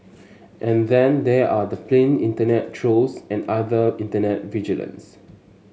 and then there are the plain internet trolls and other internet vigilantes